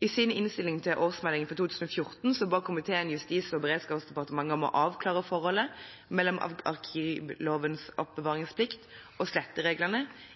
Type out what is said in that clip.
I sin innstilling til årsmeldingen for 2014 ba komiteen Justis- og beredskapsdepartementet om å avklare forholdet mellom arkivlovens oppbevaringsplikt og slettereglene etter politiregisterloven. Men fortsatt er det uklarhet knyttet til hvordan og